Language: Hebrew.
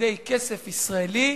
על-ידי כסף ישראלי,